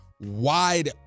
wide